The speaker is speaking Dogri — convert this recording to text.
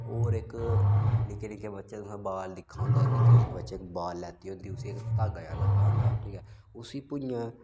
होर इक निक्के निक्के बच्चे तोहें बाल दिक्खा दा होंदा निक्के निक्के बाल लैती होंदी उसी इक धागा जेहा लग्गा दा होंदा ठीक ऐ उसी भु'ञै